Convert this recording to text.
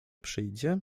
przyjdzie